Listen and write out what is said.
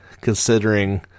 considering